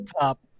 top